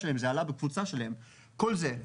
זה עלה בקבוצה שלהם כל זה.